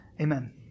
Amen